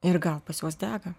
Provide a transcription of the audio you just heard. ir gal pas juos dega